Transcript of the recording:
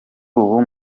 ubu